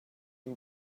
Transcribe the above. and